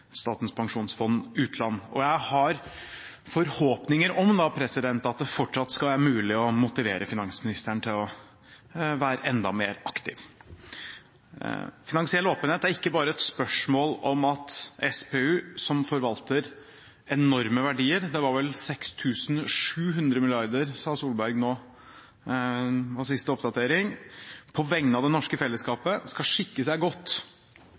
Statens pensjonsfond utland, og jeg har forhåpninger om at det fortsatt skal være mulig å motivere finansministeren til å være enda mer aktiv. Finansiell åpenhet er ikke bare et spørsmål om at SPU, som forvalter enorme verdier – 6 750 mrd. kr, sa Tvedt Solberg nå var siste oppdatering – på vegne av det norske fellesskapet skal skikke seg